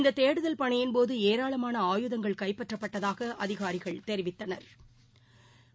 இந்ததேடுதல் பணியின்போதுஏராளமான ஆயுதங்கள் கைப்பற்றப்பட்டதாகஅதிகாரிகள் தெரிவித்தனா்